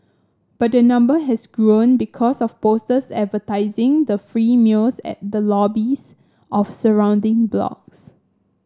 but the number has grown because of posters advertising the free meals at the lobbies of surrounding blocks